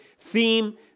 theme